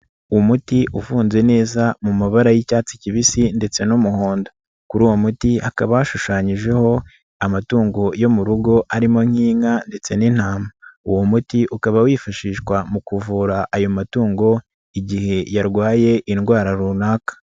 Umuti ufunze neza mu mabara y'icyatsi kibisi ndetse n'umuhondo. Kuri uwo muti hakaba hashushanyijeho amatungo yo mu rugo arimo nk'inka ndetse n'intama. Uwo muti ukaba wifashishwa mu kuvura ayo matungo, igihe yarwaye indwara runaka.